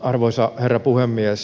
arvoisa herra puhemies